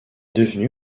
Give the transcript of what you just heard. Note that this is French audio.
devenu